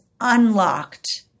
unlocked